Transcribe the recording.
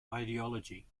ideology